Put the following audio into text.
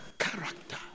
character